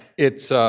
it's